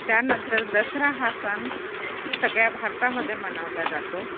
त्यानंतर दसरा हा सण सगळ्या भारतामध्ये मनवल्या जातो